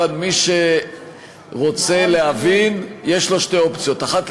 מי שרוצה להבין יש לו שתי אופציות: האחת,